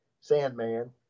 Sandman